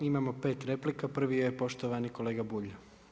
Imamo 5 replika, prvi je poštovani kolega Bulj.